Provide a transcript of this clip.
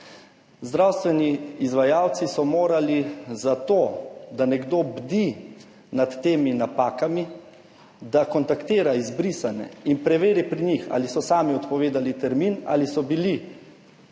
Zdravstveni izvajalci so morali za to, da nekdo bdi nad temi napakami, da kontaktira izbrisane in preveri pri njih, ali so sami odpovedali termin ali so bili